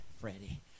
Freddie